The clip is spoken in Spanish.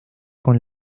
con